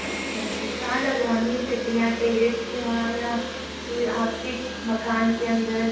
अच्छा जी कहाँ लगवानी हैं सीढ़ियाँ टेरेस के वहाँ या फिर आपके मकान के अंदर